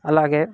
అలాగే